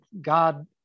God